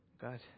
God